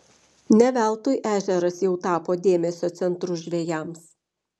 ne veltui ežeras jau tapo dėmesio centru žvejams